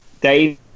Dave